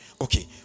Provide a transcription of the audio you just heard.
Okay